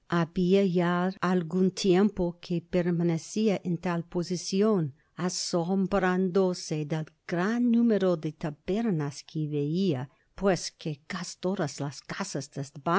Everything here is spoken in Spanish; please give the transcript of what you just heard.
habia ya algun tiempo que permanecia en tal posicion asombrándose del gran número de tabernas que veia pues que cas todas las casas